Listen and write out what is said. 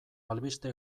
albiste